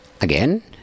Again